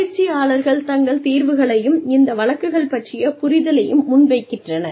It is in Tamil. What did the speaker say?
பயிற்சியாளர்கள் தங்கள் தீர்வுகளையும் இந்த வழக்குகள் பற்றிய புரிதலையும் முன்வைக்கின்றனர்